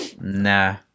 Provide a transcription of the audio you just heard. Nah